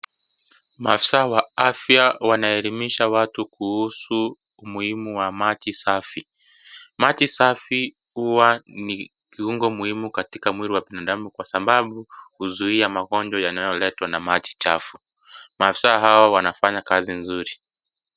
Maafisa wa afya wanaelimisha watu kuhusu umuhimu wa maji safi. Maji safi huwa ni kiungo muhimu katika mwili wa binadamu kwa sababu huzuia magonjwa yanayoletwa na maji chafu. Mafisa hawa wanafanya kazi nzuri.